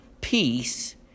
peace